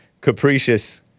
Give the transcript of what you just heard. Capricious